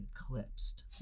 eclipsed